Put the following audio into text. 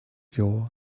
your